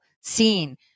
seen